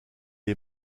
est